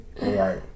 Right